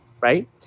right